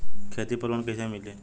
खेती पर लोन कईसे मिली?